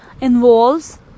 involves